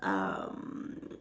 um